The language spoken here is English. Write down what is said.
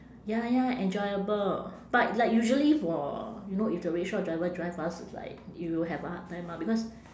ya ya enjoyable but like usually for you know if the rickshaw driver drive us it's like you will have a hard time ah because